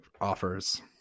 offers